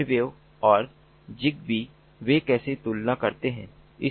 Zwave और zigbee वे कैसे तुलना करते हैं